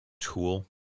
tool